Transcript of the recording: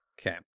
Okay